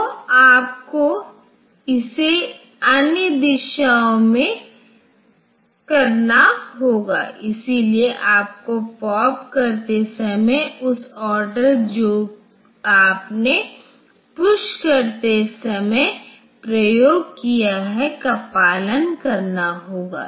तो आपको इसे अन्य दिशाओं में करना होगा इसलिए आपको पॉप करते समय उस ऑर्डर जो आपने पुष करते समय प्रयोग किया है का पालन करना होगा